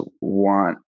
want